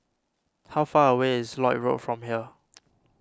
how far away is Lloyd Road from here